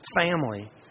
family